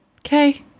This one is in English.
Okay